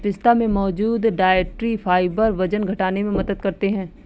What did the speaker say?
पिस्ता में मौजूद डायट्री फाइबर वजन घटाने में मदद करते है